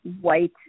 white